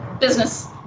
business